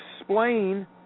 explain